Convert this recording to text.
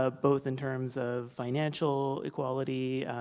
ah both in terms of financial equality,